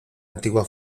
antigua